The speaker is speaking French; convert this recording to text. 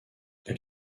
elle